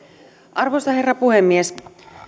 arvoisa herra puhemies